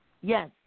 Yes